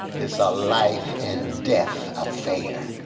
it's a life and death affair,